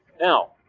Now